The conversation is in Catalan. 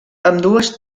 ambdues